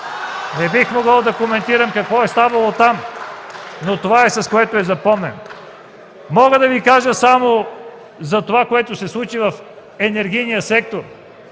Не бих могъл да коментирам какво е ставало там, но това е, с което е запомнен. Мога да Ви кажа само за това, което се случи в енергийния сектор,